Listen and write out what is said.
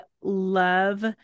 love